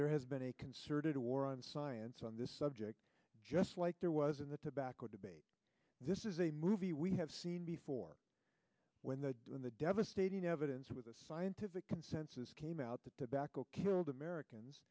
there has been a concerted war on science on this subject just like there was in the tobacco debate this is a movie we have seen before when the when the devastating evidence of the scientific consensus came out the tobacco killed americans